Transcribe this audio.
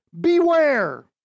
beware